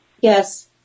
Yes